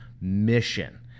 mission